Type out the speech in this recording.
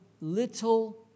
little